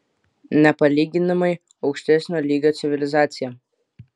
nepalyginamai aukštesnio lygio civilizacija